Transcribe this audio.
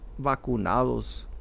vacunados